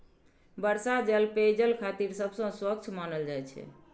वर्षा जल पेयजल खातिर सबसं स्वच्छ मानल जाइ छै